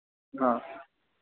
हाँ